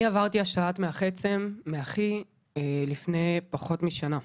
אני עברתי השתלת מח עצם מאחי לפני פחות משנה.